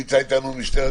אלה שהגיעו מחו"ל,